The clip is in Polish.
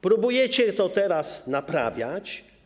Próbujecie to teraz naprawiać.